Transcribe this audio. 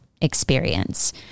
Experience